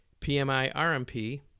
PMI-RMP